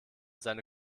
seine